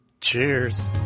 Cheers